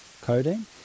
codeine